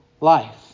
life